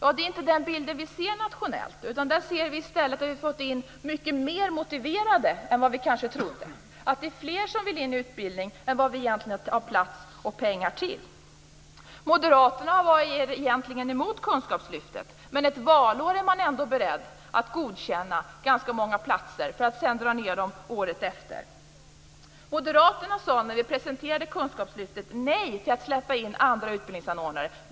Det är inte den bild som vi ser nationellt. I stället ser vi att vi har fått in många fler som är motiverade än vad vi kanske trodde. Det är fler som vill in i utbildning än vad vi egentligen har plats och pengar till. Moderaterna var egentligen emot kunskapslyftet. Men under ett valår är man ändå beredd att godkänna ganska många platser för att sedan minska antalet året efter. När vi presenterade kunskapslyftet sade moderaterna nej till att släppa in andra utbildningsanordnare.